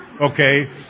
okay